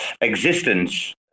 existence